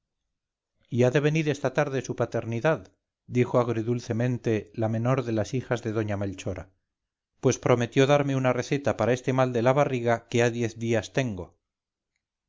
y ha de venir esta tarde su paternidad dijo agridulcemente la menor de las hijas de doña melchora pues prometió darme una receta para este mal de la barriga que ha diez días tengo